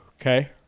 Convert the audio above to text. Okay